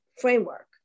framework